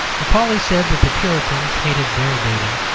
macaulay said that the puritans hated bear-baiting,